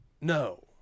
No